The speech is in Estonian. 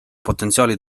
potentsiaali